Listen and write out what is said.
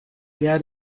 there